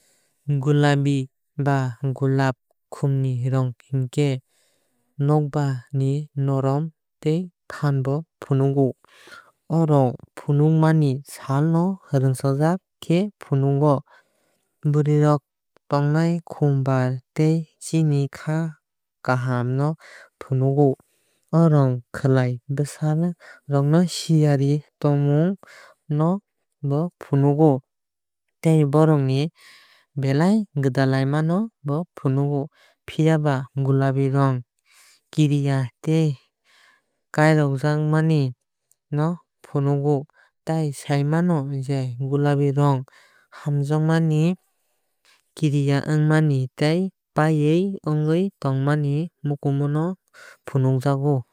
Gulabi ba gulab khum ni rong hinjhe nokbar ni norom tei fan no funogo. O rong fung ni sal no rangchakwai khe funogo barwui tongnai khum bubar tei chini kha kaham no phunogo. O rong kwlui bwsa rok siyahai tongmung no bo funogo tei borok ni belai kaham gwdalmano phonogo. Phiaba gulabi rong kiriya tei khairogjag mani no bo phonogo. Tai sai mano je gulabi rong hamjakmani kiriya wngmani wngmani tei paiyaui ongoi tongmani mukumu no phunukjago.